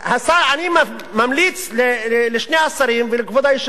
אני ממליץ לשני השרים ולכבוד היושב-ראש